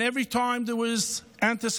Every time there was anti-Semitism,